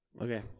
Okay